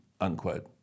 unquote